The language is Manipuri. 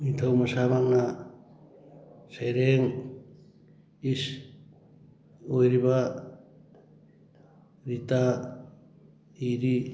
ꯅꯤꯡꯊꯧ ꯃꯁꯥꯃꯛꯅ ꯁꯩꯔꯦꯡ ꯏꯁ ꯑꯣꯏꯔꯤꯕ ꯔꯤꯇꯥ ꯏꯔꯤ